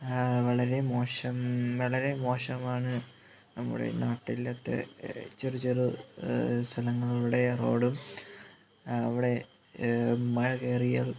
വളരെ മോശം വളരെ മോശമാണ് നമ്മുടെ നാട്ടിലത്തെ ചെറു ചെറു സ്ഥലങ്ങളുടെ റോഡും അവിടെ മഴ കയറിയാൽ